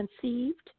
conceived